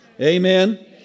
Amen